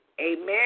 Amen